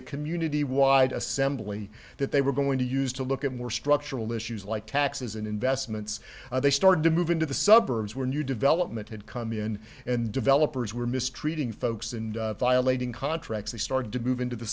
a community wide assembly that they were going to use to look at more structural issues like taxes and investments and they started to move into the suburbs where new development had come in and developers were mistreating folks and violating contracts they started to move into the